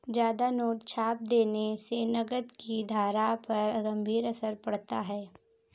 ज्यादा नोट छाप देने से नकद की धारा पर गंभीर असर पड़ता है